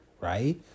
right